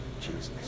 Jesus